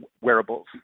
wearables